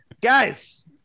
Guys